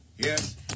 Yes